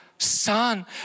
Son